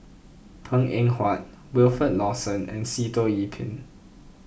Png Eng Huat Wilfed Lawson and Sitoh Yih Pin